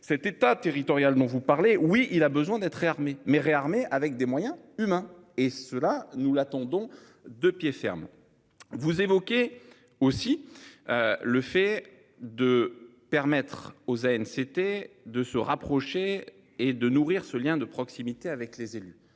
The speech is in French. cet État territoriale dont vous parlez. Oui, il a besoin d'être armé mais réarmer avec des moyens humains et cela nous l'attendons de pied ferme. Vous évoquez aussi. Le fait de permettre aux zen, c'était de se rapprocher et de nourrir ce lien de proximité avec les élus,